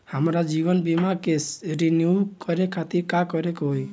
हमार जीवन बीमा के रिन्यू करे खातिर का करे के होई?